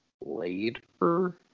later